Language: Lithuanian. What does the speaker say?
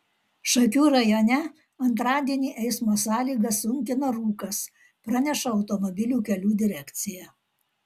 šakių rajone antradienį eismo sąlygas sunkina rūkas praneša automobilių kelių direkcija